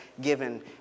given